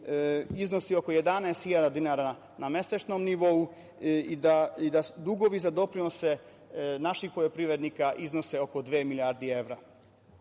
iznosi oko 11.000 dinara na mesečnom nivou i da dugovi za doprinos naših poljoprivrednika iznose oko dve milijardi